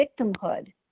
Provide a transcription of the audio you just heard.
victimhood